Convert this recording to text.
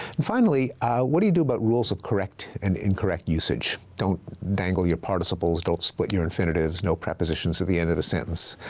and finally what do you do about rules of correct and incorrect usage? don't dangle your participles. don't split your infinitives. no prepositions at the end of a sentence.